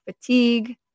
fatigue